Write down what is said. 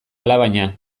alabaina